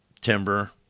timber